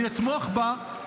אני אתמוך בה,